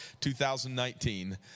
2019